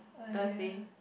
Thursday